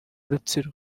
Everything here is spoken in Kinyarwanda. rutsiro